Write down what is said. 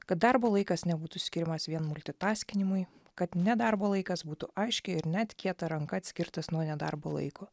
kad darbo laikas nebūtų skiriamas vien multitaskinimui kad ne darbo laikas būtų aiškiai ir net kieta ranka atskirtas nuo nedarbo laiko